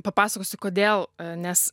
papasakosiu kodėl nes